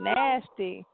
Nasty